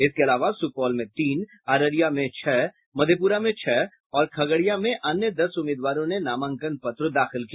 इसके अलावा सुपौल में तीन अररिया में छह मधेपुरा में छह और खगड़िया में अन्य दस उम्मीदवारों ने नामांकन पत्र दाखिल किया